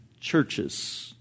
churches